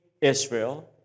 Israel